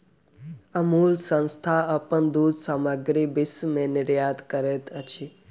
अमूल संस्थान अपन दूध सामग्री विश्व में निर्यात करैत अछि